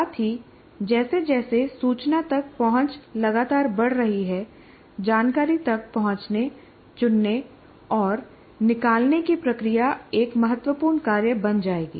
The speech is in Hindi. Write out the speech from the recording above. साथ ही जैसे जैसे सूचना तक पहुंच लगातार बढ़ रही है जानकारी तक पहुंचने चुनने और निकालने की प्रक्रिया एक महत्वपूर्ण कार्य बन जाएगी